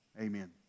Amen